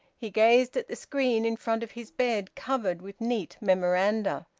he gazed at the screen in front of his bed, covered with neat memoranda.